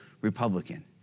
Republican